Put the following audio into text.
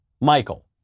Michael